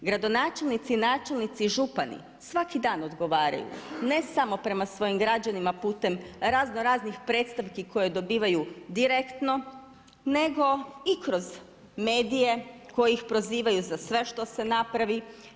Gradonačelnici, načelnici i župani svaki dan odgovaraju, ne samo prema svojim građanima putem raznoraznih predstavki koje dobivaju direktno nego i kroz medije koji ih prozivaju za sve što se napravi.